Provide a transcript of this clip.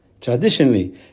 Traditionally